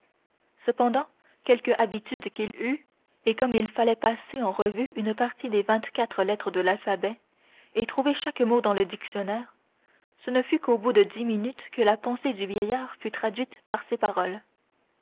cependant quelque habitude qu'il eût et comme il fallait passer en revue une partie des vingt-quatre lettres de l'alphabet et trouver chaque mot dans le dictionnaire ce ne fut qu'au bout de dix minutes que la pensée du vieillard fut traduite par ces paroles